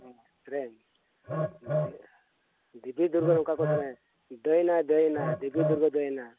ᱦᱮᱸ ᱥᱮᱨᱮᱧ ᱫᱮᱵᱤ ᱫᱮᱵᱤ ᱫᱩᱨᱜᱟᱹ ᱨᱮ ᱚᱱᱠᱟ ᱠᱚ ᱥᱮᱨᱮᱧᱟ ᱫᱟᱹᱭᱱᱟ ᱫᱟᱹᱭᱱᱟ ᱫᱮᱵᱤ ᱫᱩᱨᱜᱟᱹ ᱫᱟᱹᱭᱱᱟ